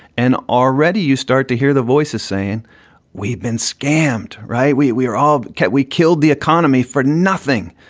and already you start to hear the voices saying we've been scammed. right. we we are all caught. we killed the economy for nothing.